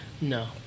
No